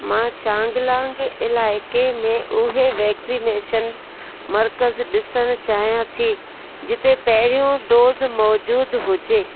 मां चांगलांग इलाइक़े में उहे वैक्सीनेशन मर्कज़ ॾिसण चाहियां थी जिते पहिरियों डोज़ मौजूदु हुजे